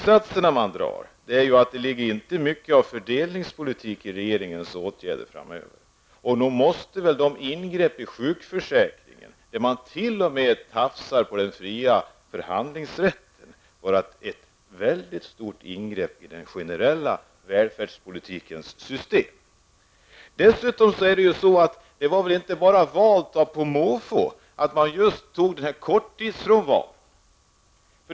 Jag kan dock dra den slutsatsen att det inte finns mycket av fördelningspolitik i de åtgärder som regeringen kommer att vidta framöver. Nog måste ingreppen i sjukförsäkringen och tafsandet på den fria förhandlingsrätten vara mycket stora ingrepp i den generella välfärdspolitikens system. Dessutom var det väl inte bara på måfå som man valde att sikta in sig på korttidsfrånvaron.